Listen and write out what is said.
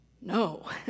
No